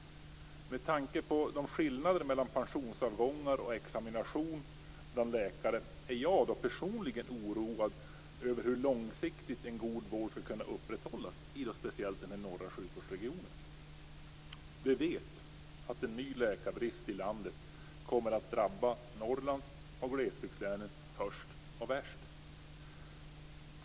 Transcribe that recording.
Med tanke på de skillnader som finns mellan pensionsavgångar och examination av läkare är jag personligen oroad över hur en god vård skall kunna upprätthållas långsiktigt, speciellt i den norra sjukvårdsregionen. Vi vet att en ny läkarbrist i landet kommer att drabba Norrland och glesbygdslänen först och värst.